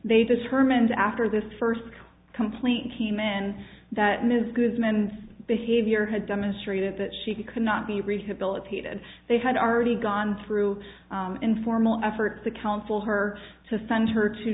they determine after this first complaint came in that ms goodman behavior had demonstrated that she could not be rehabilitated they had already gone through informal efforts to counsel her to send her to